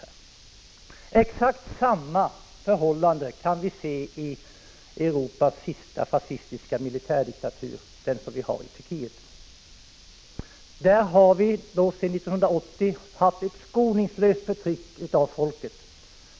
87 Exakt samma sak kan vi se i Europas sista fascistiska militärdiktatur, den i Turkiet. Där har regimen sedan 1980 utövat ett skoningslöst förtryck mot folket.